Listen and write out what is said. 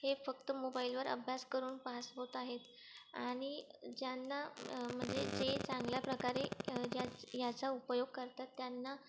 हे फक्त मोबाईलवर अभ्यास करून पास होत आहेत आणि ज्यांना म्हणजे जे चांगल्या प्रकारे याच्या याचा उपयोग करतात त्यांना